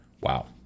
Wow